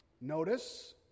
Notice